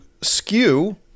skew